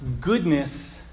goodness